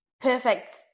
perfect